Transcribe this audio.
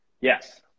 Yes